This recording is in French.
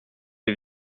est